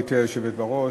גברתי היושבת בראש,